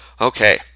okay